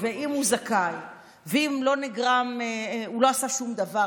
ואם הוא זכאי ואם הוא לא עשה שום דבר,